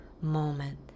moment